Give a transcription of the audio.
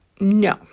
no